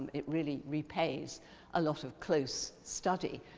it really repays a lot of close study.